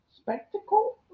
spectacle